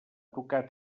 tocar